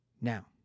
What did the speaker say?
Now